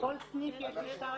לכל סניף יש לשכה רפואית?